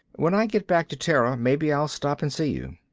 when i get back to terra maybe i'll stop and see you.